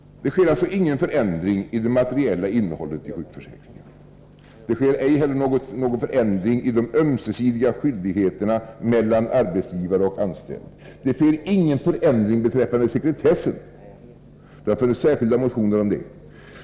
Det sker alltså ingen förändring i det materiella innehållet i sjukförsäkringen. Det sker ej heller någon förändring i de ömsesidiga skyldigheterna mellan arbetsgivare och anställd, och det sker ingen förändring beträffande sekretessen. Det finns särskilda motioner om detta.